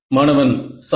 மாணவன் சார்